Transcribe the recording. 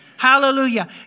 Hallelujah